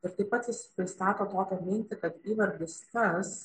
ir tai pat jis pristato tokią mintį kad įvardis tas